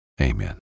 amen